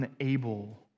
unable